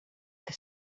que